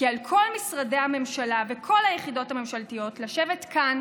כי על כל משרדי הממשלה ועל כל היחידות הממשלתיות לשבת כאן,